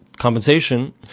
compensation